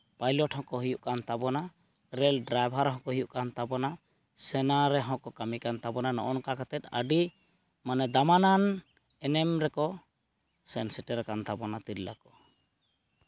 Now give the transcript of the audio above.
pilot ᱦᱚᱸᱠᱚ ᱦᱩᱭᱩᱜ ᱠᱟᱱ ᱛᱟᱵᱚᱱᱟ ᱨᱮᱹᱞ ᱰᱨᱟᱭᱵᱷᱟᱨ ᱦᱚᱸᱠᱚ ᱦᱩᱭᱩᱜ ᱠᱟᱱ ᱛᱟᱵᱚᱱᱟ ᱥᱮᱱᱟ ᱨᱮᱦᱚᱸ ᱠᱚ ᱠᱟᱹᱢᱤ ᱠᱟᱱ ᱛᱟᱵᱚᱱᱟ ᱱᱚᱝᱠᱟ ᱠᱟᱛᱮᱫ ᱟᱹᱰᱤ ᱢᱟᱱᱮ ᱫᱟᱢᱟᱱᱟᱱ ᱮᱱᱮᱢ ᱨᱮᱠᱚ ᱥᱮᱱ ᱥᱮᱴᱮᱨ ᱠᱟᱱ ᱛᱟᱵᱚᱱᱟ ᱛᱤᱨᱞᱟᱹ ᱠᱚ